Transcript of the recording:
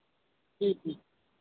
जी जी